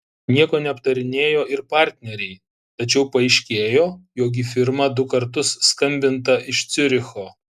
nieko neaptarinėjo ir partneriai tačiau paaiškėjo jog į firmą du kartus skambinta iš ciuricho